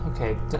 Okay